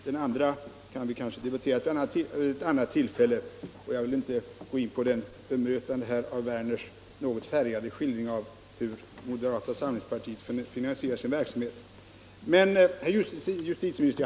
Den andra delen av frågan kan vi kanske debattera vid ett annat tillfälle, och jag vill inte här gå in på ett bemötande av herr Werners något färgade skildring av hur moderata samlingspartiet finansierar sin verksamhet. Herr justitieminister!